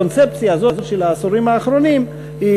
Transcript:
הקונספציה הזאת של העשורים האחרונים היא,